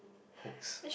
hoax